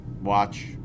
watch